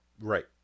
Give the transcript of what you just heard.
Right